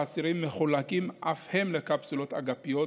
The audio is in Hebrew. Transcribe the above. והאסירים מחולקים אף הם לקפסולות אגפיות,